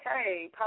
Okay